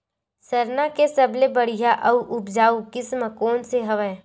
सरना के सबले बढ़िया आऊ उपजाऊ किसम कोन से हवय?